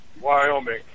Wyoming